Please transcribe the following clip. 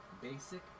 Basic